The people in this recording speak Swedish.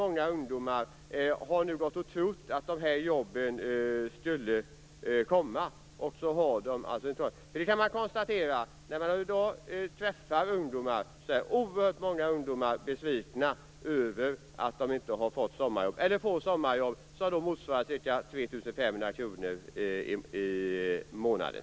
Många ungdomar har trott att de här jobben skulle finnas. När man träffar ungdomar kan man konstatera att oerhört många är besvikna över att de inte har fått sommarjobb eller att de får sommarjobb som motsvarar ca 3 500 kr i månaden.